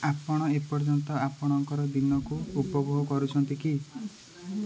ଆପଣ ଏପର୍ଯ୍ୟନ୍ତ ଆପଣଙ୍କର ଦିନକୁ ଉପଭୋଗ କରୁଛନ୍ତି କି